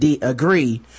agree